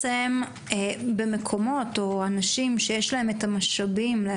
מקומות ואנשים בעלי יכולות ומשאבים מסוגלים